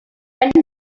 render